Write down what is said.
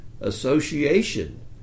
association